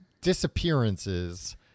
disappearances